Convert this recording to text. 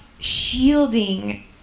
shielding